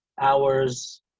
hours